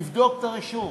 תבדוק את הרישום.